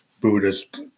Buddhist